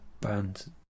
band